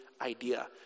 idea